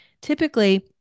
Typically